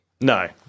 No